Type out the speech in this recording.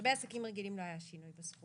לגבי עסקים רגילים לא היה שינוי בסכומים.